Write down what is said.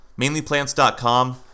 Mainlyplants.com